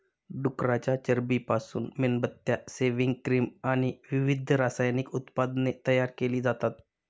डुकराच्या चरबीपासून मेणबत्त्या, सेव्हिंग क्रीम आणि विविध रासायनिक उत्पादने तयार केली जातात